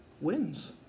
wins